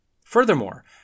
Furthermore